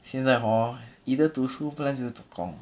现在 hor either 读书不然就是做工